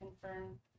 confirm